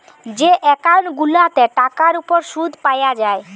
যে একউন্ট গুলাতে টাকার উপর শুদ পায়া যায়